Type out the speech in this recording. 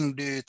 de